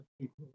people